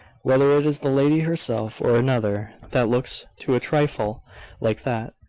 whether it is the lady herself, or another, that looks to a trifle like that.